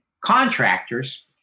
contractors